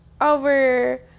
over